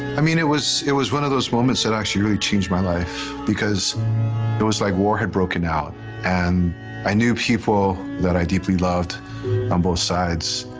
i mean, it was it was one of those moments that actually really changed my life because it was like war had broken out and i knew people that i deeply loved on both sides.